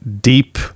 deep